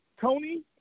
Tony